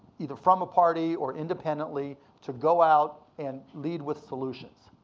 either from a party or independently, to go out and lead with solutions.